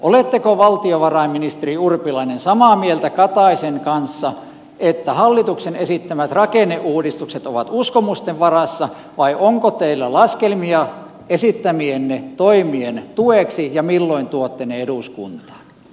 oletteko valtiovarainministeri urpilainen samaa mieltä kataisen kanssa että hallituksen esittämät rakenneuudistukset ovat uskomusten varassa vai onko teillä laskelmia esittämienne toimien tueksi ja milloin tuotte ne eduskuntaan